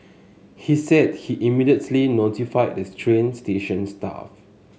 he said he immediately notified this train station staff